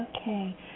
Okay